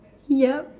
yup